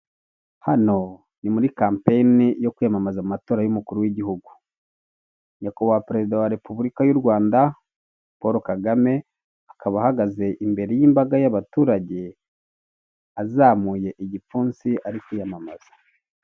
Hano ni muri kampeyini yo kwiyamamaza mu matora y'umukuru w'igihugu, nyakubahwa perezida wa Repubulika y'u Rwanda Paul Kagame akaba ahagaze imbere y'imbaga y'abaturage azamuye igipfunsi ari kwiyamamaza.